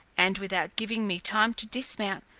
and, without giving me time to dismount,